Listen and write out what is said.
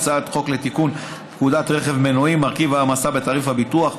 בהצעת חוק לתיקון פקודת רכב מנועי (מרכיב ההעמסה בתעריף הביטוח),